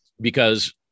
Because-